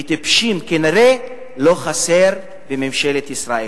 וטיפשים כנראה לא חסר בממשלת ישראל.